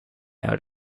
out